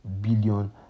billion